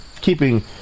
keeping